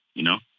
you know?